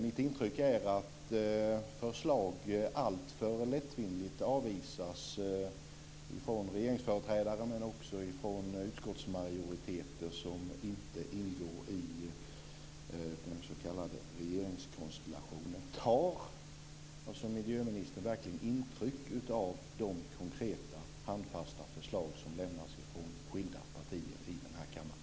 Mitt intryck är att förslag alltför lättvindigt avvisas från regeringsföreträdare, men också från utskottsmajoriteter som inte ingår i den s.k. regeringskonstellationen. Tar miljöministern verkligen intryck av de konkreta handfasta förslag som lämnas från skilda partier i den här kammaren?